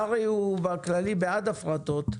קרעי בכללי הוא בעד הפרטות.